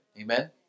Amen